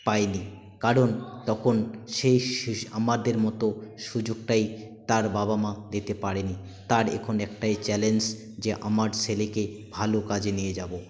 পায় নি কারণ তখন সে সে আমাদের মতো সুযোগটাই তার বাবা মা দেতে পারে নি তার এখন একটাই চ্যালেঞ্জ যে আমার ছেলেকে ভালো কাজে নিয়ে যাবো